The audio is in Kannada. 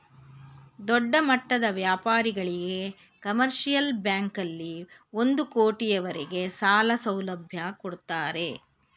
ದೊಡ್ಡಮಟ್ಟದ ವ್ಯಾಪಾರಿಗಳಿಗೆ ಕಮರ್ಷಿಯಲ್ ಬ್ಯಾಂಕಲ್ಲಿ ಒಂದು ಕೋಟಿ ಅವರಿಗೆ ಸಾಲ ಸೌಲಭ್ಯ ಕೊಡ್ತಾರೆ